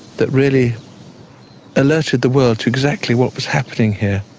that really alerted the world to exactly what was happening here.